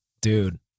dude